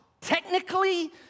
Technically